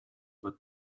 but